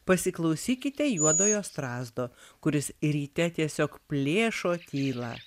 pasiklausykite juodojo strazdo kuris ryte tiesiog plėšo tylą